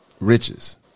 Riches